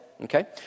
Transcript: okay